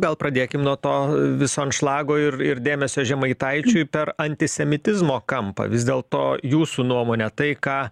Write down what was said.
gal pradėkim nuo to viso anšlago ir ir dėmesio žemaitaičiui per antisemitizmo kampą vis dėlto jūsų nuomone tai ką